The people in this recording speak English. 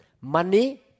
Money